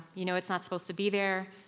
you know it's not supposed to be there,